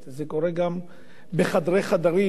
זה קורה גם בחדרי חדרים,